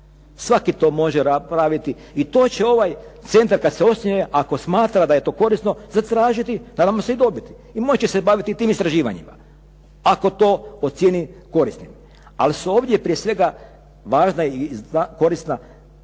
Svatko to može napraviti i to će ovaj centar kada se osnuje ako smatra da je to korisno zatržiti i naravno se i dobiti. i moći će se baviti tim istraživanjem. Ako to ocijeni korisnim. Ali su ovdje prije svega važna i korisna primjena